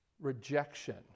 rejection